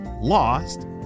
lost